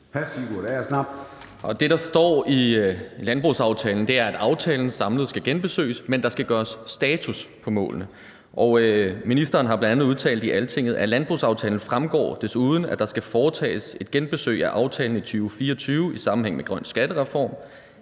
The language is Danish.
13:59 Sigurd Agersnap (SF): Det, der står i landbrugsaftalen, er, at aftalen samlet skal genbesøges, men der skal gøres status på målet. Ministeren har bl.a. udtalt i Altinget: »Af landbrugsaftalen fremgår desuden, at der skal foretages et genbesøg af aftalen i 2024 i sammenhæng med Grøn Skattereform,